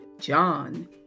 John